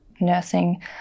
nursing